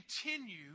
continue